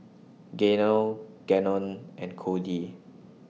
Gaynell Gannon and Kody